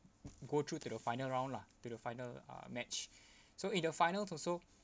go through to the final round lah to the final uh match so in the final also